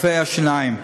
רופאי השיניים.